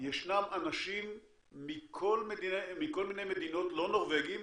ישנם אנשים מכל מיני מדינות, לא נורבגים,